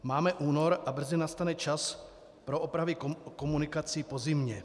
Máme únor a brzy nastane čas pro opravy komunikací po zimě.